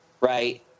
Right